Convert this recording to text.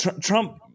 trump